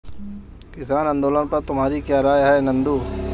किसान आंदोलन पर तुम्हारी क्या राय है नंदू?